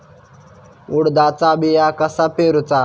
उडदाचा बिया कसा पेरूचा?